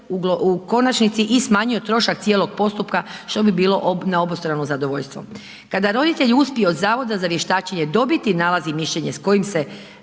u konačnici i smanjio trošak cijelog postupka, što bi bilo na obostrano zadovoljstvo. Kada roditelji uspiju od Zavoda za vještačenje dobiti nalaz i mišljenje s kojim se